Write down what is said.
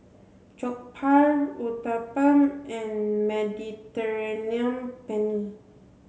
Jokbal Uthapam and Mediterranean Penne